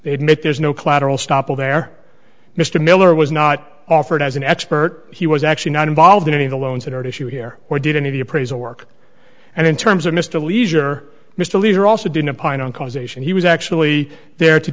they admit there's no collateral stoppel there mr miller was not offered as an expert he was actually not involved in any of the loans that are at issue here or did any of the appraisal work and in terms of mr leisure mr leader also didn't pine on causation he was actually there to